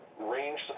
range